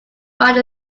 write